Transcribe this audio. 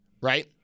right